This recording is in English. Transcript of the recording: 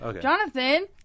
Jonathan